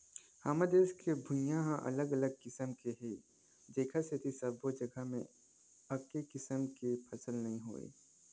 हमर देश के भुइंहा ह अलग अलग किसम के हे जेखर सेती सब्बो जघा म एके किसम के फसल नइ होवय